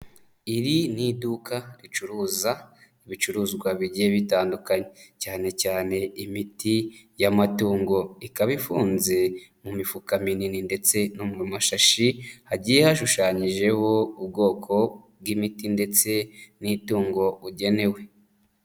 Iri ni iduka ricuruza ibicuruzwa bigiye bitandukanye, cyane cyane imiti y'amatungo ikaba ifunze mu mifuka minini ndetse no mu mashashi hagiye hashushanyijeho ubwoko bw'imiti ndetse n'itungo bugenewe.